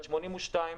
בת ה-82,